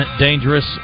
dangerous